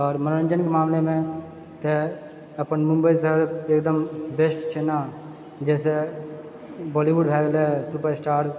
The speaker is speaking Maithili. आओर मनोरञ्जन मामलेमे तऽ अपन मुम्बइ शहर एकदम बेस्ट छै ने जाहिसँ बॉलीवुड भए गेलै सुपरस्टार